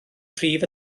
prif